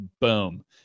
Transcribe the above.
boom